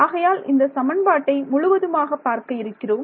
ஆகையால் இந்த சமன்பாட்டை முழுவதுமாக பார்க்க இருக்கிறோம்